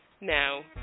Now